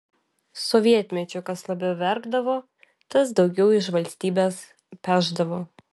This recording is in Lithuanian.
sovietmečiu kas labiau verkdavo tas daugiau iš valstybės pešdavo